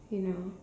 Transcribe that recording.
you know